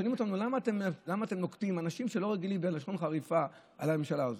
שואלים אותנו: למה אתם נוקטים לשון חריפה על הממשלה הזאת?